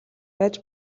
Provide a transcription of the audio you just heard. байж